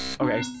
Okay